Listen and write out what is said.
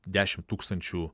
dešimt tūkstančių